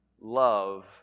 love